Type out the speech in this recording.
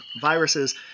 viruses